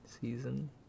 season